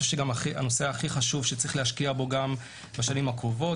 שגם הנושא הכי חשוב שצריך להשקיע בו גם בשנים הקרובות.